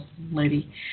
lady